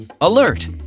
Alert